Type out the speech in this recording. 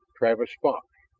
travis fox.